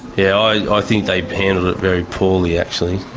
yeah, i think they've handled it very poorly, actually.